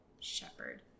shepherd